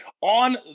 on